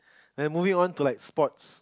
like moving on to like sports